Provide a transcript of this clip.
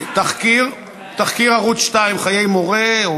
תחקיר ערוץ 2: חיי מורֶה,